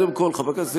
חבר הכנסת ילין,